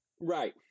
Right